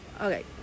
Okay